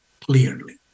clearly